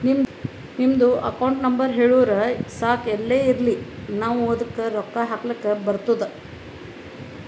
ನಿಮ್ದು account number ಹೇಳುರು ಸಾಕ್ ಎಲ್ಲೇ ಇರ್ಲಿ ನಾವೂ ಅದ್ದುಕ ರೊಕ್ಕಾ ಹಾಕ್ಲಕ್ ಬರ್ತುದ್